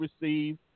receive